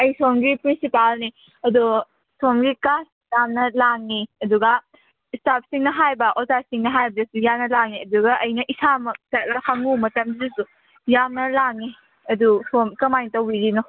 ꯑꯩ ꯁꯣꯝꯒꯤ ꯄ꯭ꯔꯤꯟꯁꯤꯄꯥꯜꯅꯦ ꯑꯗꯣ ꯁꯣꯝꯒꯤ ꯀ꯭ꯂꯥꯁ ꯌꯥꯝꯅ ꯂꯥꯡꯉꯤ ꯑꯗꯨꯒ ꯏꯁꯇꯥꯐꯁꯤꯡꯅ ꯍꯥꯏꯕ ꯑꯣꯖꯥꯁꯤꯡꯅ ꯍꯥꯏꯕꯗꯁꯨ ꯌꯥꯝꯅ ꯂꯥꯡꯉꯤ ꯑꯗꯨꯒ ꯑꯩ ꯏꯁꯥꯃꯛ ꯆꯠꯂ ꯍꯪꯉꯨ ꯃꯇꯝꯁꯤꯗꯁꯨ ꯌꯥꯝꯅ ꯂꯥꯡꯉꯤ ꯑꯗꯨ ꯁꯣꯝ ꯀꯃꯥꯏꯅ ꯇꯧꯕꯤꯔꯤꯅꯣ